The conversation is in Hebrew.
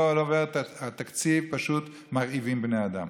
עובר התקציב זה פשוט מרעיב בני אדם.